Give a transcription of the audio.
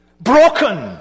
broken